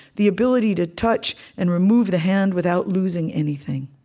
the ability to touch and remove the hand without losing anything.